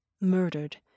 murdered